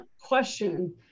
question